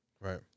Right